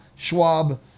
Schwab